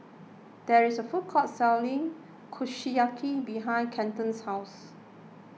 there is a food court selling Kushiyaki behind Kenton's house